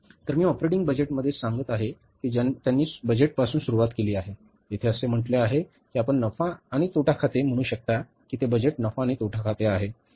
तर मी ऑपरेटिंग बजेटमध्ये सांगत आहे की त्यांनी बजेटपासून सुरुवात केली आहे येथे असे म्हटले आहे की आपण नफा आणि तोटा खाते म्हणू शकता की ते बजेट नफा आणि तोटा खाते आहे